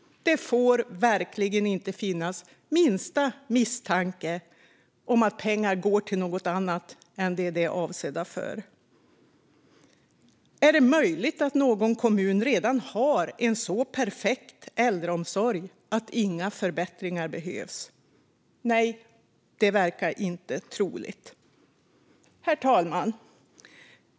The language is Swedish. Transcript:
Det får verkligen inte finnas minsta misstanke om att pengar går till något annat än det de är avsedda för. Är det möjligt att någon kommun redan har en så perfekt äldreomsorg att inga förbättringar behövs? Nej, det verkar inte troligt. Herr talman!